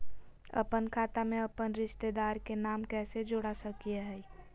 अपन खाता में अपन रिश्तेदार के नाम कैसे जोड़ा सकिए हई?